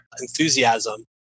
enthusiasm